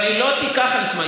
היא תיקח על עצמה.